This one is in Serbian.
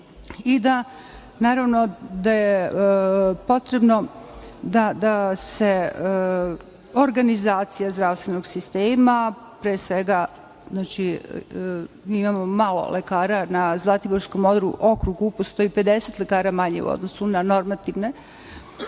listama čekanja i potrebno je da se organizacija zdravstvenog sistema, pre svega, mi imamo malo lekara na Zlatiborskom okrugu postoji 50 lekara manje u odnosu na normative,